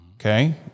Okay